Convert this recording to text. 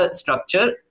structure